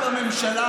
אין לכם תשובה,